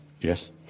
Yes